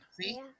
See